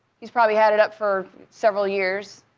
he's probably had it up for several years.